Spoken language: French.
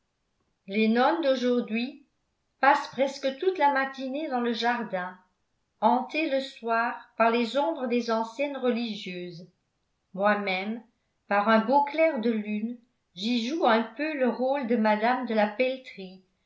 les nonnes d'aujourd'hui passent presque toute la matinée dans le jardin hanté le soir par les ombres des anciennes religieuses moi-même par un beau clair de lune j'y joue un peu le rôle de mme de la peltrie